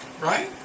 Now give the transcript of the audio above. Right